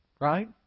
right